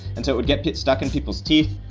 and so it would get get stuck in people's teeth.